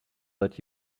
that